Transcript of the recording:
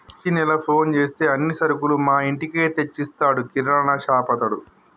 ప్రతి నెల ఫోన్ చేస్తే అన్ని సరుకులు మా ఇంటికే తెచ్చిస్తాడు కిరాణాషాపతడు